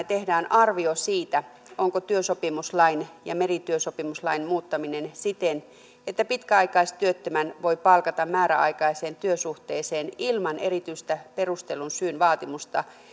tehdään arvio siitä onko työsopimuslain ja merityösopimuslain muuttaminen siten että pitkäaikaistyöttömän voi palkata määräaikaiseen työsuhteeseen ilman erityistä perustellun syyn vaatimusta